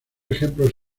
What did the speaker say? ejemplos